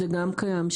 זה גם קיים,